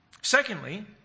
Secondly